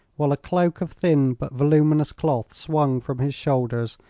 while a cloak of thin but voluminous cloth swung from his shoulders,